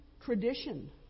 tradition